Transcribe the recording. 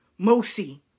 Mosi